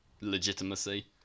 legitimacy